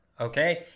Okay